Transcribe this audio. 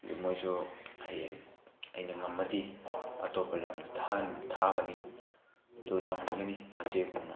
ꯑꯗꯩ ꯃꯣꯏꯁꯨ ꯍꯌꯦꯡ ꯑꯩꯅ ꯉꯝꯃꯗꯤ ꯑꯇꯣꯞꯄ ꯂꯝꯗ ꯊꯥꯒꯅꯤ ꯑꯗꯨꯒ ꯇꯝꯍꯟꯒꯅꯤ ꯃꯆꯦꯒꯨꯝꯅ